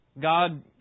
God